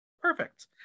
perfect